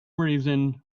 reason